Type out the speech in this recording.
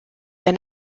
der